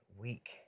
week